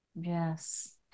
yes